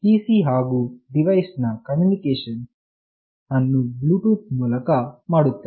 PC ಹಾಗು device ನ ನಡುವಿನ ಕಮ್ಯುನಿಕೇಶನ್ ಅನ್ನು ಬ್ಲೂ ಟೂತ್ ಮೂಲಕ ಮಾಡುತ್ತದೆ